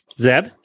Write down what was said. Zeb